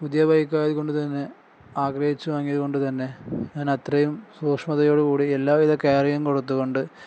പുതിയ ബൈക്ക് ആയതുകൊണ്ട് തന്നെ ആഗ്രഹിച്ചു വാങ്ങിയത് കൊണ്ട് തന്നെ ഞാൻ അത്രയും സൂഷ്മതയോടുകൂടി എല്ലാവിധ കെയറിങും കൊടുത്തുകൊണ്ട്